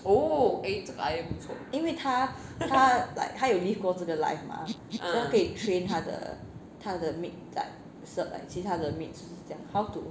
因为她她 like 她有 live 过这个 life mah then 她可以 train 它的它的 maid 在 serv~ like 其他的 maids 讲 how to